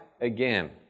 again